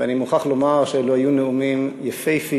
ואני מוכרח לומר שאלו היו נאומים יפהפיים,